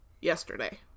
yesterday